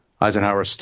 Eisenhower